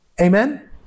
Amen